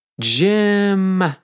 Jim